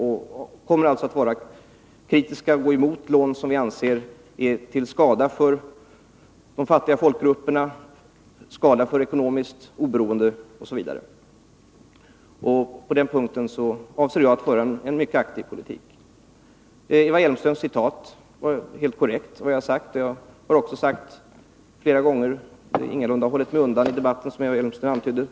Vi kommer att vara kritiska och gå emot lån som vi anser är till skada för de fattiga folkgrupperna, till skada för det ekonomiska oberoendet osv. På den punkten avser jag att föra en mycket aktiv politik. Eva Hjelmströms citat var helt korrekt. Jag har ingalunda hållit mig undan i debatten, som Eva Hjelmström antydde.